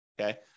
Okay